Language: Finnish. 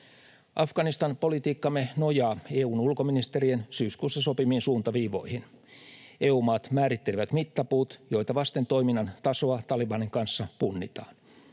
Afganistan-politiikkamme nojaa EU:n ulkoministerien syyskuussa sopimiin suuntaviivoihin. EU-maat määrittelivät mittapuut, joita vasten toiminnan tasoa Talibanin kanssa punnitaan.